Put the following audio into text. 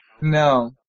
No